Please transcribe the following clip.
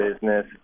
business